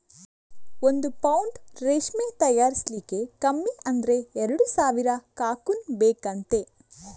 ಒಂದು ಪೌಂಡು ರೇಷ್ಮೆ ತಯಾರಿಸ್ಲಿಕ್ಕೆ ಕಮ್ಮಿ ಅಂದ್ರೆ ಎರಡು ಸಾವಿರ ಕಕೂನ್ ಬೇಕಂತೆ